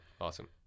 awesome